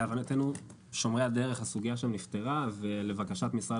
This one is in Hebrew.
להבנתנו הסוגיה שם נפתרה ולבקשת משרד